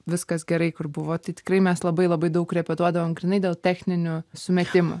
viskas gerai kur buvo tai tikrai mes labai labai daug repetuodavom grynai dėl techninių sumetimų